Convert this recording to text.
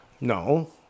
No